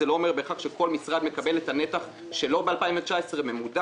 זה לא אומר בהכרח שכל משרד מקבל את הנתח שלו ב-2019 ממודד,